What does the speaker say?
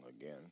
again